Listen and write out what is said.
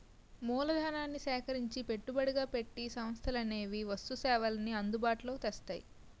మూలధనాన్ని సేకరించి పెట్టుబడిగా పెట్టి సంస్థలనేవి వస్తు సేవల్ని అందుబాటులో తెస్తాయి